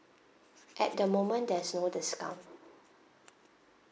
at the moment there's no discount